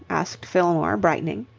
asked fillmore, brightening.